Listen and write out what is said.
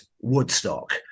Woodstock